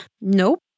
Nope